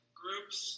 groups